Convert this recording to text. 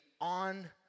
on